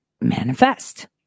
manifest